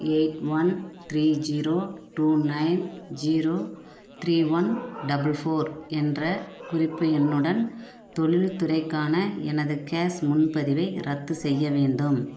eight one three zero two nine zero three one double four என்ற குறிப்பு எண்ணுடன் தொழில்துறைக்கான எனது கேஸ் முன்பதிவை ரத்து செய்ய வேண்டும்